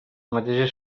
mateix